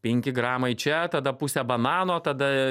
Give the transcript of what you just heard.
penki gramai čia tada pusė banano tada